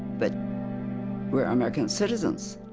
but we're american citizens.